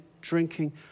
drinking